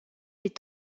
est